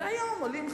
נכון שהיום,